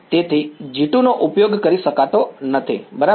તેથી G2 નો ઉપયોગ કરી શકાતો નથી બરાબર